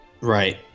right